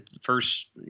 First